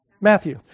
Matthew